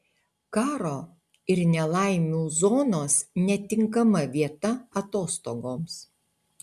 karo ir nelaimių zonos netinkama vieta atostogoms